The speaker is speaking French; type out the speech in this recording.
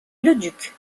leduc